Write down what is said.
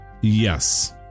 Yes